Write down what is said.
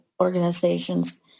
organizations